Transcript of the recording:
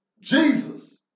Jesus